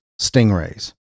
stingrays